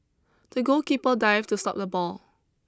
the goalkeeper dived to stop the ball